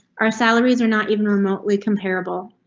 are salaries are not even remotely compareable.